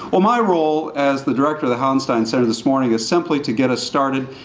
well my role as the director of the hauenstein center this morning, is simply to get us started.